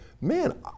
man